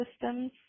systems